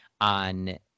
on